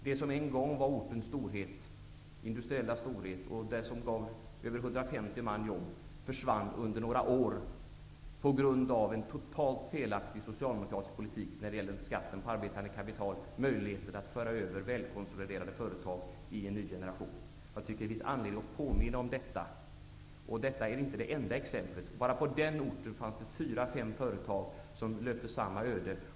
Det som en gång var ortens industriella storhet och som gav över 150 man jobb försvann under några år på grund av en totalt felaktig socialdemokratisk politik när det gäller skatten på arbetande kapital, möjligheten att föra över välkonsoliderade företag till en ny generation. Jag tycker att det finns anledning att påminna om detta. Och detta är inte det enda exemplet. Bara på denna ort fanns det fyra--fem företag som rönt samma öde.